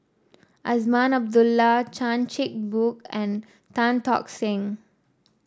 Azman Abdullah Chan Chin Bock and Tan Tock Seng